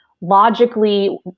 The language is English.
logically